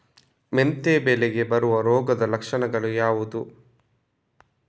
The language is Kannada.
ಮೆಂತೆ ಬೆಳೆಗೆ ಬರುವ ರೋಗದ ಲಕ್ಷಣಗಳು ಯಾವುದು?